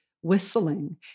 whistling